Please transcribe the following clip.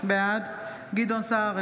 בעד גדעון סער,